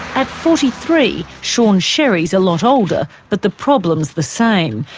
at forty three, sean sherry's a lot older but the problem's the same.